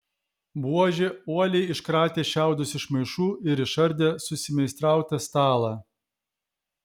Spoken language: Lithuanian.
buožė uoliai iškratė šiaudus iš maišų ir išardė susimeistrautą stalą